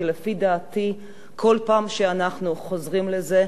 כי לפי דעתי כל פעם שאנחנו חוזרים לזה,